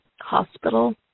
hospital